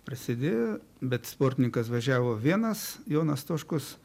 prasidėjo bet sportininkas važiavo vienas jonas toškus